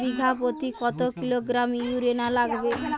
বিঘাপ্রতি কত kilogram urea লাগবে?